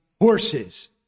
horses